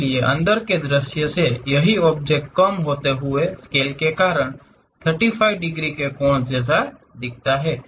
अंदर के दृश्य से यही ऑब्जेक्ट कम होते हुए स्केल के कारण 35 डिग्री के कोण जैसा दिखता है